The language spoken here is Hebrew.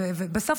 ובסוף,